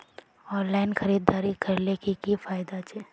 Online खरीदारी करले की की फायदा छे?